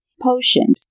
potions